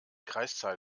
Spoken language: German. kreiszahl